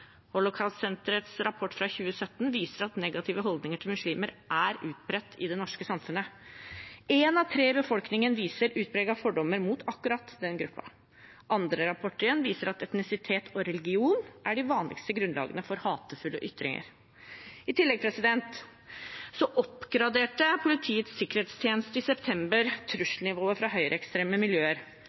muslimer. Holocaustsenterets rapport fra 2017 viser at negative holdninger til muslimer er utbredt i det norske samfunnet. En av tre i befolkningen viser utpregede fordommer mot akkurat den gruppen. Andre rapporter igjen viser at etnisitet og religion er de vanligste grunnlagene for hatefulle ytringer. I tillegg oppgraderte Politiets sikkerhetstjeneste i september trusselnivået fra høyreekstreme miljøer,